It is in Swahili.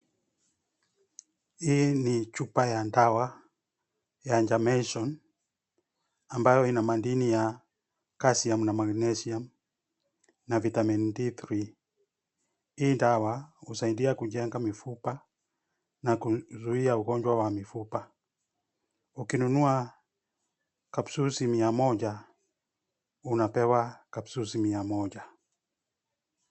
Hii ni chupa ya dawa, ya Jamieson ambayo ina madini ya Calcium na Magnesium na vitamin D3 . Hii dawa, husaidia kujenga mifupa, na kuzuia ugonjwa wa mifupa. Ukinunua capsules mia moja, unapewa capsules mia moja.